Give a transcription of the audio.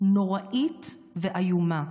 נוראה ואיומה.